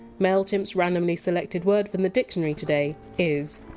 mailchimp! s randomly selected word from the dictionary today is!